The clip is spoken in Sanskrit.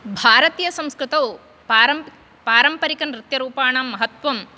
भारतीयसंस्कृतौ पारम्प पारम्परिकनृत्यरूपाणां महत्त्वं